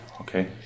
Okay